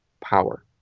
power